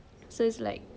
so it's like